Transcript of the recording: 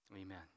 Amen